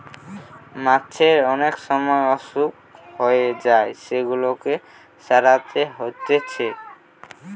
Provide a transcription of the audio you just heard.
মাছের অনেক সময় অসুখ হয়ে যায় সেগুলাকে সারাতে হতিছে